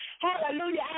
Hallelujah